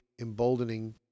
emboldening